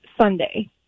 Sunday